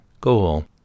goal